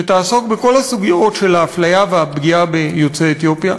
שתעסוק בכל הסוגיות של האפליה והפגיעה ביוצאי אתיופיה.